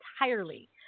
entirely